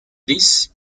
this